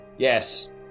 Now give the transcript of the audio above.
Yes